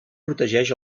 protegeix